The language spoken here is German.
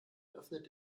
öffnet